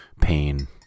pain